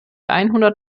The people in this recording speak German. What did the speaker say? einhundert